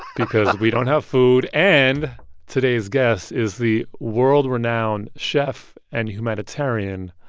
because we don't have food, and today's guest is the world-renowned chef and humanitarian,